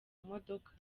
modoka